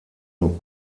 nur